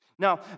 Now